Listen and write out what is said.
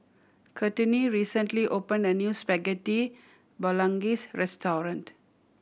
Courtney recently opened a new Spaghetti Bolognese restaurant